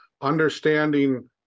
understanding